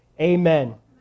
Amen